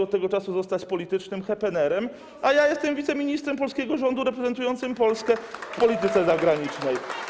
Od tego czasu pan postanowił zostać politycznym happenerem, a ja jestem wiceministrem polskiego rządu reprezentującym Polskę w polityce zagranicznej.